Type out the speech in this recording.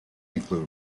include